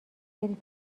بری